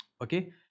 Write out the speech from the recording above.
Okay